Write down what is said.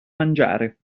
mangiare